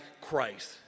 Christ